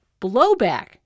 Blowback